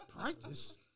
Practice